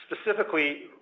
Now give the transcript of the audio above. Specifically